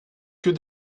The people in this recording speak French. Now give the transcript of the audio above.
que